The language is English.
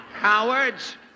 Cowards